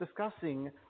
discussing